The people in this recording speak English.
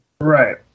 right